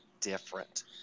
different